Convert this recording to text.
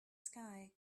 sky